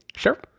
Sure